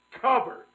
covered